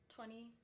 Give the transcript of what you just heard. Twenty